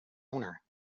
owner